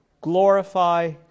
Glorify